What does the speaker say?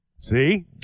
See